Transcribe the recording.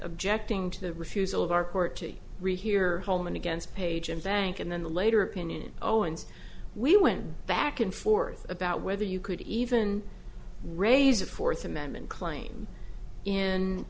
objecting to the refusal of our court to rehear coleman against page and bank and then the later opinion oh and we went back and forth about whether you could even raise a fourth amendment claim in